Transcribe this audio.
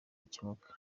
gikemuke